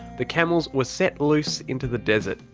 the camels were set loose into the desert.